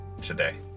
today